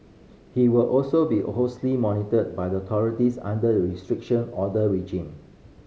he will also be a monitored by the authorities under the Restriction Order regime